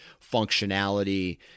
functionality